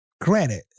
Granted